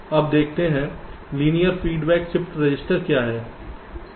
अब देखते हैं लीनियर फीडबैक शिफ्ट रजिस्टर क्या है